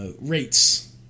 rates